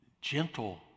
gentle